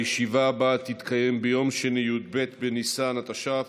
הישיבה הבאה תתקיים ביום שני, י"ב בניסן התש"ף,